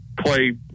play